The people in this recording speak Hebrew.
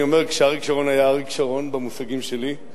כשאריק שרון היה אריק שרון במושגים שלי,